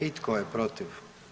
I tko je protiv?